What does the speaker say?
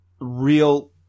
real